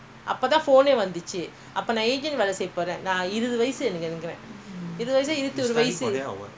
go go there after that study no after that you have to study already take course so when I twenty one twenty two அப்பதாவந்து:apathaa vandhu